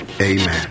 amen